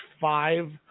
five